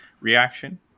Reaction